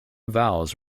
vows